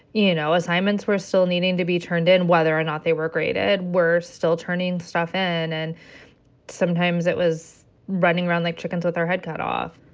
you know, assignments were still needing to be turned in. whether or not they were graded, we're still turning stuff ah in. and sometimes it was running around like chickens with our head cut off.